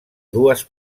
dues